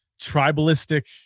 tribalistic